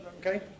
Okay